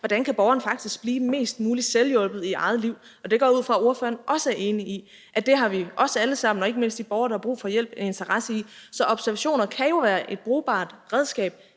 hvordan borgeren faktisk kan blive mest muligt selvhjulpen i eget liv, og det går jeg ud fra at ordføreren også er enig i, altså at det har vi alle sammen og ikke mindst de borgere, der er brug for hjælp, en interesse i. Så observationer kan jo være et brugbart redskab,